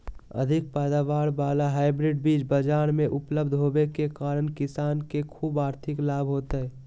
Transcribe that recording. अधिक पैदावार वाला हाइब्रिड बीज बाजार मे उपलब्ध होबे के कारण किसान के ख़ूब आर्थिक लाभ होतय